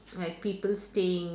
like people staying